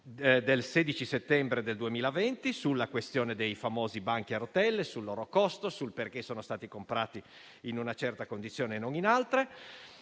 del 16 settembre del 2020, sulla questione dei famosi banchi a rotelle, sul loro costo, sul perché sono stati comprati in una certa condizione e non in altre;